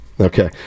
Okay